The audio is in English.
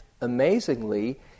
amazingly